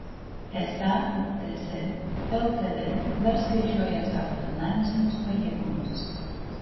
esą ts lkd dar skaičiuoja savo finansinius pajėgumus